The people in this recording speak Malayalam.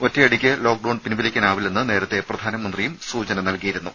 ഒറ്റയടിക്ക് ലോക്ഡൌൺ പിൻവലിക്കാനാവില്ലെന്ന് നേരത്തെ പ്രധാനമന്ത്രിയും സൂചന നൽകിയിരുന്നു